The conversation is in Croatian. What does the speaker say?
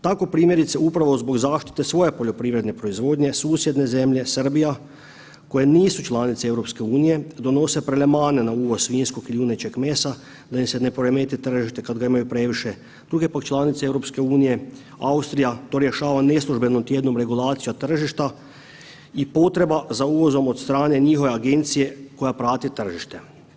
Tako primjerice upravo zbog zaštite svoje poljoprivredne proizvodnje, susjedne zemlje Srbija koje nisu članice EU donose …/nerazumljivo/… svinjskog i junećeg mesa da im se ne poremeti tržište kad ga imaju previše, druge pak članice EU, Austrija to rješava neslužbeno tjednom regulacijom tržišta i potreba za uvozom od strane njihove agencije koja prati tržište.